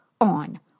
on